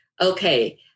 Okay